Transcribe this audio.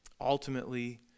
Ultimately